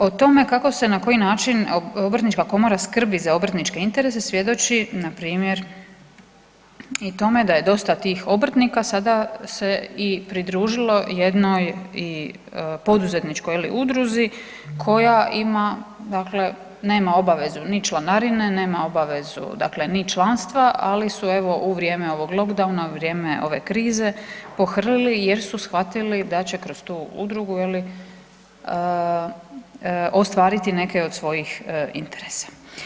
O tome kako se i na koji način obrtnička komora skrbi za obrtničke interese svjedoči npr. i tome da je dosta tih obrtnika sada se i pridružilo jednoj i poduzetničkoj je li udruzi koja ima dakle nema obavezu ni članarine, nema obavezu dakle ni članstva, ali su evo u vrijeme ovog lockdowna, u vrijeme ove krize pohrlili jer su shvatili da će kroz tu udrugu je li ostvariti neke od svojih interesa.